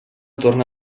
torna